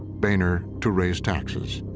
boehner to raise taxes.